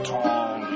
Tall